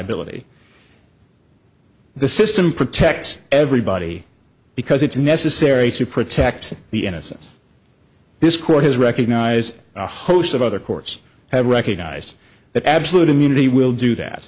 liability the system protects everybody because it's necessary to protect the innocence this court has recognized a host of other courts have recognized that absolute immunity will do that